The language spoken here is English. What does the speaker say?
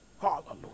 hallelujah